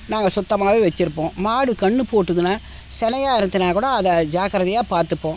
நாங்கள் சுத்தமாகவே வெச்சுருப்போம் மாடு கன்று போட்டுதுன்னா சினையாக இருந்துச்சுனால் கூட அதை ஜாக்கிரதையாக பார்த்துப்போம்